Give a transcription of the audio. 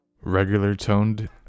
regular-toned